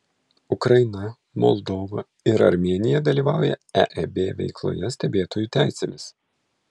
ukraina moldova ir armėnija dalyvauja eeb veikloje stebėtojų teisėmis